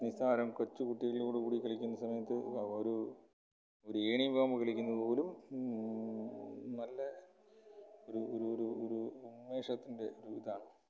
നിസ്സാരം കൊച്ചു കുട്ടികളുടെ കൂടി കളിക്കുന്ന സമയത്ത് ഒരു ഒരു ഏണിയും പാമ്പും കളിക്കുന്നത് പോലും നല്ല ഒരു ഒരു ഒരു ഒരു ഉന്മേഷത്തിൻ്റെ ഒരു ഇതാണ്